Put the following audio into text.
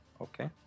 Okay